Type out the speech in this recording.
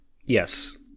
Yes